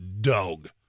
dog